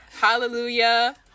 Hallelujah